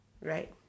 Right